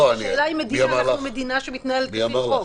אנחנו מדינה שמתנהלת לפי חוק.